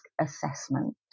assessment